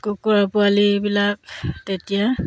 কুকুৰা পোৱালিবিলাক তেতিয়া